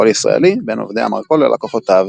ישראלי בין עובדי המרכול ללקוחותיו.